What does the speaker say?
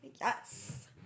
Yes